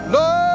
Lord